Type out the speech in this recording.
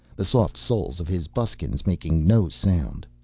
the soft soles of his buskins making no sound.